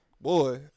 Boy